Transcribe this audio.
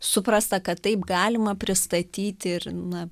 suprasta kad taip galima pristatyti ir na